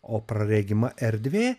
o praregima erdvė